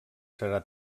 serà